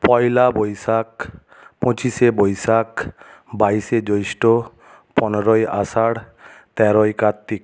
পয়লা বৈশাখ পঁচিশে বৈশাখ বাইশে জ্যৈষ্ঠ পনেরোই আষাঢ় তেরোই কার্তিক